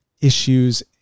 issues